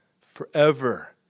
Forever